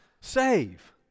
save